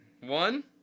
One